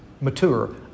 mature